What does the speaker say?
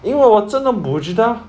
因为我真的不知道